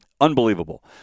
Unbelievable